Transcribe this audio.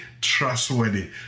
trustworthy